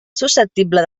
susceptible